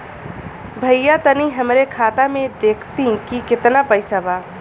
भईया तनि हमरे खाता में देखती की कितना पइसा बा?